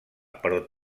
però